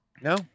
No